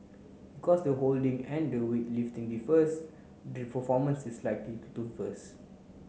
because the holding and the weighting differs the performance is likely to differs